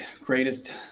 greatest